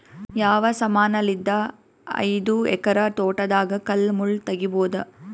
ಯಾವ ಸಮಾನಲಿದ್ದ ಐದು ಎಕರ ತೋಟದಾಗ ಕಲ್ ಮುಳ್ ತಗಿಬೊದ?